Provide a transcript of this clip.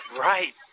Right